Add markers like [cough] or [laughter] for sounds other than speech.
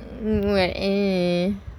[noise]